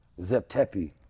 Zeptepi